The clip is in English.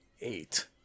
Eight